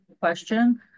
question